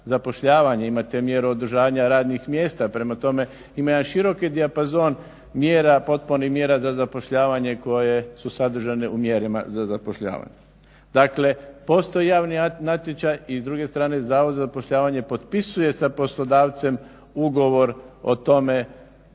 zapošljavanja, imate mjeru održanja radnih mjesta. Prema tome, ima jedan široki dijapazon mjera, potpori mjera za zapošljavanje koje su sadržane u mjerilima za zapošljavanje. Dakle, postoji javni natječaj i s druge strane Zavod za zapošljavanje potpisuje sa poslodavcem ugovor o tome